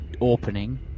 opening